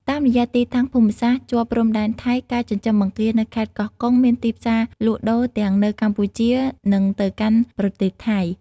តាមរយៈទីតាំងភូមិសាស្ត្រជាប់ព្រំដែនថៃ ការចិញ្ចឹមបង្គានៅខេត្តកោះកុងមានទីផ្សារលក់ដូរទាំងនៅកម្ពុជា និងទៅកាន់ប្រទេសថៃ។